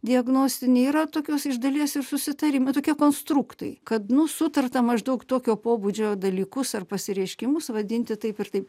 diagnostiniai yra tokios iš dalies ir susitarimai tokie konstruktai kad nu sutarta maždaug tokio pobūdžio dalykus ar pasireiškimus vadinti taip ir taip